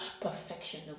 perfection